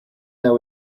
there